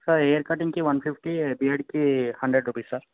sir hair కటింగ్కి one fifty బియార్డ్కి hundred rupees sir